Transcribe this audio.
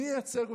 מי ייצג אותם,